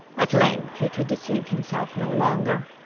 at length he could deceive himself no longer,